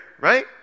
right